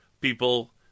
people